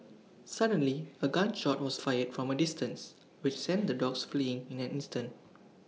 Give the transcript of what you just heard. suddenly A gun shot was fired from A distance which sent the dogs fleeing in an instant